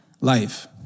life